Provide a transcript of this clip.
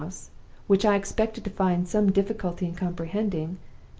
which i expected to find some difficulty in comprehending,